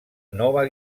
nova